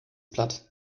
platt